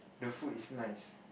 the food is nice